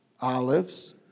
olives